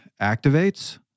activates